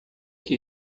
que